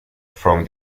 from